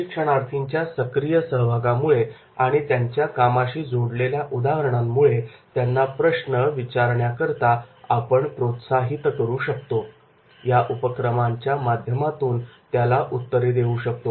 प्रशिक्षणार्थींच्या सक्रिय सहभागामुळे आणि त्यांच्या कामाशी जोडलेल्या उदाहरणांमुळे त्यांना प्रश्न विचारण्याकरता आपण प्रोत्साहित करू शकतो आणि या उपक्रमांच्या माध्यमातून त्याला उत्तरे देऊ शकतो